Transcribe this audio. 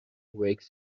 wakes